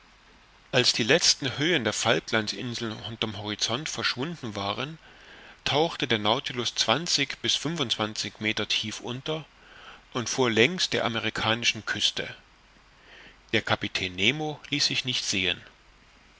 als die letzten höhen der falklands inseln unter'm horizont verschwunden waren tauchte der nautilus zwanzig bis fünfundzwanzig meter tief unter und fuhr längs der amerikanischen küste der kapitän nemo ließ sich nicht sehen